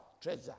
treasure